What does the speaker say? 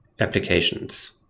applications